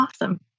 Awesome